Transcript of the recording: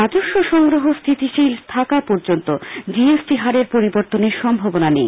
রাজম্ব সংগ্রহ স্থিতিশীল থাকা পর্যন্ত জি এস টি হারের পরিবর্তনের সম্ভাবনা নেই